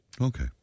Okay